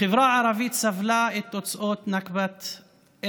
החברה הערבית סבלה את תוצאות נכבת 1948,